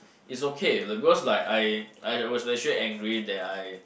is okay because like I I was actually angry that I